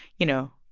you know,